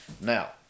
Now